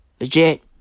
legit